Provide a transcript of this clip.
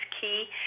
key